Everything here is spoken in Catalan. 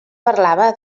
parlava